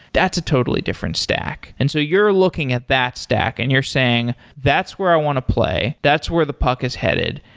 that's a totally different stack. and so you're looking at that stack and you're saying, that's where i want to play. that's where the puck is headed.